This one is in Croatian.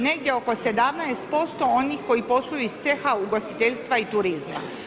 Negdje oko 17% onih koji posluju iz ceha ugostiteljstva i turizma.